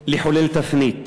לחולל תפנית.